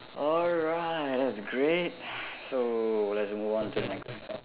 alright that's great so let's move on to the next